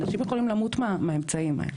אנשים יכולים למות מהאמצעים האלה.